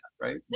right